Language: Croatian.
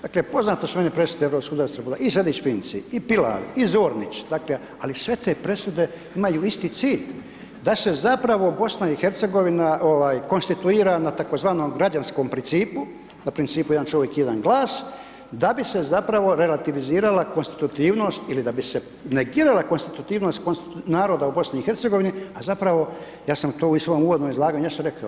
Dakle, poznate su meni presude Europskog …/nerazumljivo/… i Sejdić-Finci i Pilar i Zornić, dakle ali sve te presude imaju isti cilj da se zapravo BiH ovaj konstituira na tzv. građanskom principu, na principu jedan čovjek jedan glas, da bi se zapravo relativizirala konstitutivnost ili da bi se negirala konstitutivnost naroda u BiH, a zapravo ja sam to i u svom uvodom izlaganju nešto rekao.